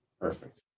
perfect